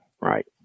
Right